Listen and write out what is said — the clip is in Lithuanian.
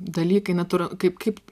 dalykai natūra kaip kaip